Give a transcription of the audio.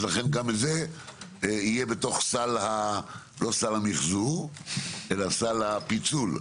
אז לכן גם זה יהיה בתוך סל לא סל המיחזור אלא סל הפיצול,